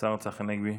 השר צחי הנגבי.